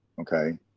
okay